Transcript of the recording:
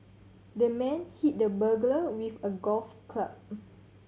the man hit the burglar with a golf club